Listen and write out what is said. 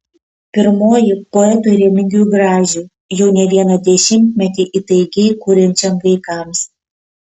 pirmoji poetui remigijui gražiui jau ne vieną dešimtmetį įtaigiai kuriančiam vaikams